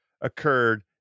occurred